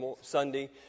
Sunday